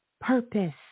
purpose